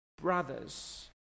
brothers